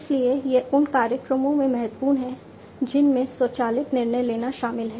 इसलिए यह उन कार्यक्रमों में महत्वपूर्ण है जिनमें स्वचालित निर्णय लेना शामिल है